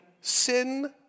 sin